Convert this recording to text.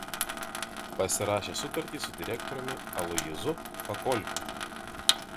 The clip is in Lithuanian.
pasirašė sutartį su direktoriumi aloyzu pakolkiu